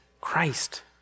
Christ